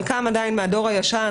חלקם עדיין מהדור הישן,